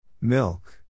Milk